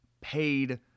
paid